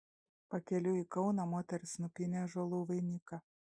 pakeliui į kauną moterys nupynė ąžuolų vainiką